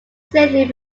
safely